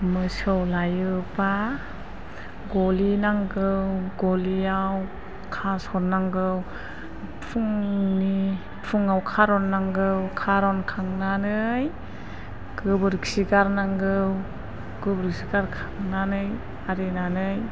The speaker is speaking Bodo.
मोसौ लायोब्ला गलि नांगौ गलियाव खासननांगौ फुंनि फुङाव खारन नांगौ खारन खांनानै गोबोरखि गारनांगौ गोबोरखि गारनानै आरिनानै